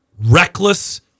Reckless